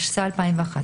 התשס"א 2001,